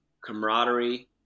camaraderie